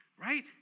Right